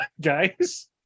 guys